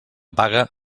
paga